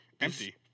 empty